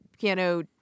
piano